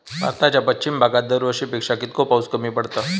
भारताच्या पश्चिम भागात दरवर्षी पेक्षा कीतको पाऊस कमी पडता?